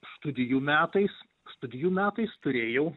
studijų metais studijų metais turėjau